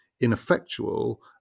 ineffectual